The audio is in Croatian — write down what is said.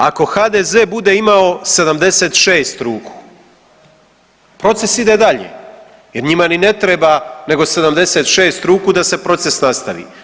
Ako HDZ bude imao 76 ruku, proces ide dalje jer njima ni ne treba nego 76 ruku da se proces nastavi.